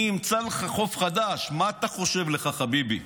אני אמצא לך חוב חדש, מה אתה חושב לך, חביבי?